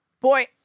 Boy